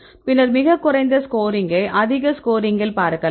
பின்னர் மிகக் குறைந்த ஸ்கோரிங்கை அதிக ஸ்கோரிங்கில் பார்க்கலாம்